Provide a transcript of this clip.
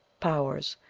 powers,